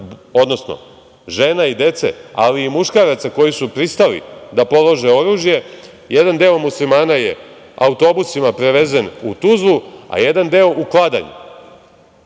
odnosno žena i dece, ali i muškaraca koji su pristali da polože oružje, jedan deo muslimana je autobusima prevezen u Tuzlu, a jedan deo u Kladanj. Iz